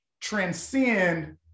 transcend